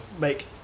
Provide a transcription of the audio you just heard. make